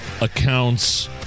accounts